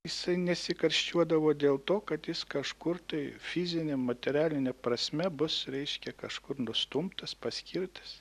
jisai nesikarščiuodavo dėl to kad jis kažkur tai fizine materialine prasme bus reiškia kažkur nustumtas paskirtas